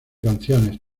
canciones